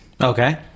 Okay